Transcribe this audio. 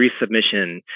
resubmission